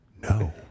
no